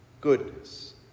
goodness